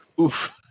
oof